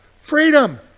Freedom